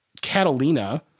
Catalina